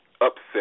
upset